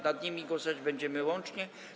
Nad nimi głosować będziemy łącznie.